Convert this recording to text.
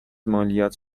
مالیات